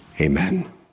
amen